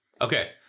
Okay